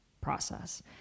process